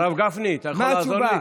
הרב גפני, אתה יכול לעזור לי?